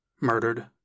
murdered